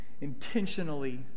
intentionally